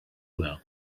well